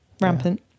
Rampant